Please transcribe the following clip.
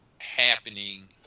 happening